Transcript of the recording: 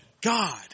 God